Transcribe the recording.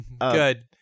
Good